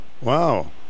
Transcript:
Wow